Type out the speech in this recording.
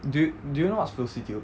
do do you know what's fouseytube